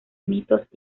mitos